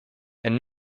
and